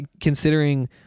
considering